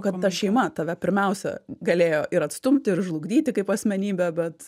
kad ta šeima tave pirmiausia galėjo ir atstumti ir žlugdyti kaip asmenybę bet